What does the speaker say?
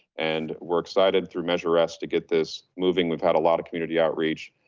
and we're excited through measure s to get this moving we've had a lot of community outreach,